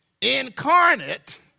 incarnate